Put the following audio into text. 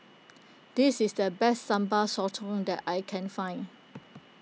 this is the best Sambal Sotong that I can find